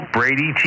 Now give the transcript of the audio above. Brady